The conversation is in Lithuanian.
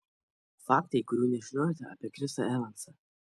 faktai kurių nežinojote apie chrisą evansą